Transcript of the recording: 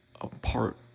apart